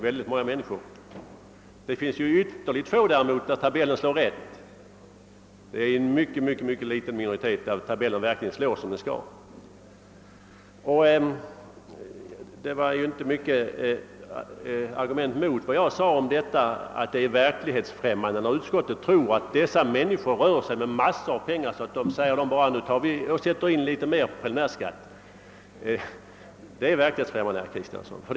Däremot är det i ytterligt få fall tabellen slår rätt; dessa löntagare utgör en mycket liten minoritet. Herr Kristenson har inte mycket till argument att anföra mot vad jag sade om att det är verklighetsfrämmande när utskottet tror att dessa människor rör sig med massor av pengar och därför lätt kan betala in litet mer i preliminärskatt.